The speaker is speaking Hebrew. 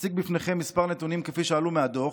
אציג בפניכם מספר נתונים כפי שעלו מהדוח: